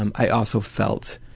um i also felt